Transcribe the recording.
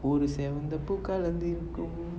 ஒரு:oru seven up கலந்திருப்பேன்:kalanthirupen